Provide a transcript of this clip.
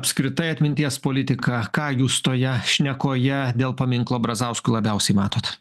apskritai atminties politiką ką jūs toje šnekoje dėl paminklo brazauskui labiausiai matot